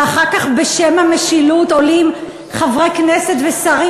ואחר כך בשם המשילות עולים חברי כנסת ושרים,